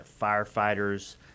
firefighters